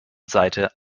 seite